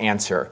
answer